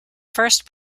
first